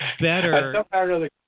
better